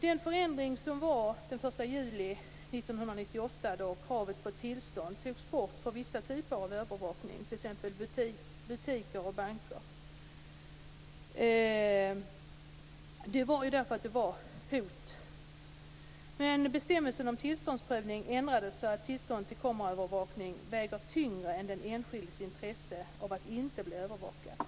Den förändring som skedde den 1 juli 1998, då kravet på tillstånd togs bort för vissa typer av övervakning, t.ex. i butiker och banker, berodde på att det hade förekommit hot. Bestämmelsen om tillståndsprövning ändrades dock så att tillstånd till kameraövervakning väger tyngre än den enskildes intresse av att inte bli övervakad.